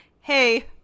hey